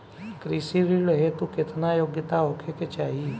कृषि ऋण हेतू केतना योग्यता होखे के चाहीं?